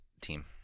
team